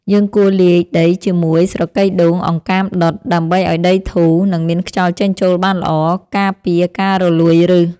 យើងគួរលាយដីជាមួយ ស្រកីដូង អង្កាមដុត ដើម្បីឱ្យដីធូរ និងមានខ្យល់ចេញចូលបានល្អ ការពារការរលួយឫស។